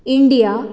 India